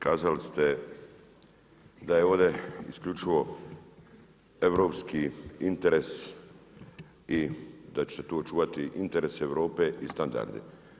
Kazali ste da je ovdje isključivo europski interes i da ćete to očuvati interese Europe i standarde.